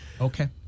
Okay